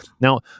now